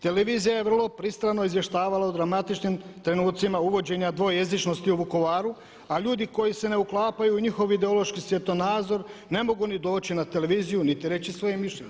Televizija je vrlo pristrano izvještavala u dramatičnim trenucima uvođenja dvojezičnosti u Vukovaru a ljudi koji se ne uklapaju u njihov ideološki svjetonazor ne mogu ni doći na televiziju niti reći svoje mišljenje.